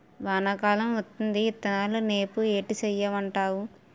వానా కాలం వత్తాంది ఇత్తనాలు నేవు ఏటి సేయమంటావు